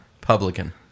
Publican